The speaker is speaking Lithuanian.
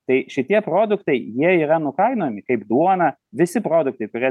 tai šitie produktai jie yra nukainojami kaip duona visi produktai kurie